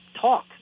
talk